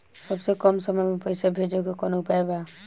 सबसे कम समय मे पैसा भेजे के कौन उपाय बा?